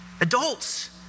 Adults